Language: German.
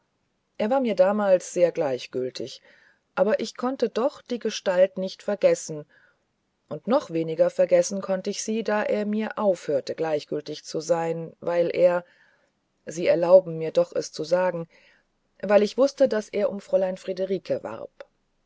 er war mir damals seht gleichgültig aber ich konnte doch die gestalt nicht vergessen und noch weniger vergessen konnt ich sie da er mir aufhörte gleichgültig zu sein weil er sie erlauben mir doch es zu sagen weil ich wußte daß er um fräulein friederike warb